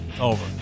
over